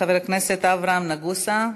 חבר הכנסת אברהם נגוסה.